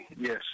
Yes